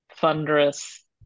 Thunderous